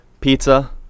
pizza